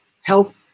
health